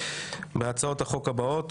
בהצעות החוק הבאות: